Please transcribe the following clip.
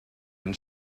and